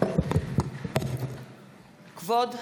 כבוד הנשיא!